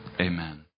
amen